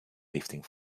lifting